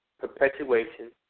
perpetuation